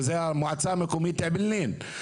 את המועצה המקומית אעבלין.